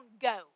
go